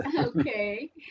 okay